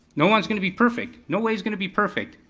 no one's gonna be perfect, no way is gonna be perfect.